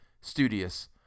studious